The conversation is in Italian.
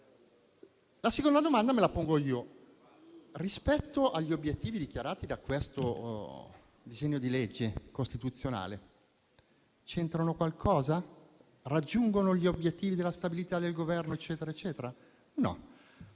La seconda domanda me la pongo io: rispetto agli obiettivi dichiarati da questo disegno di legge costituzionale, c'entrano qualcosa e raggiungono gli obiettivi della stabilità del Governo? No.